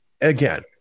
again